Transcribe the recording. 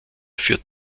für